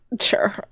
sure